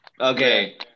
Okay